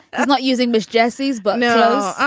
i'm not using miss jesse's but no.